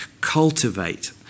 cultivate